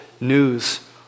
News